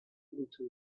into